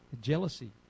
jealousy